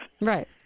Right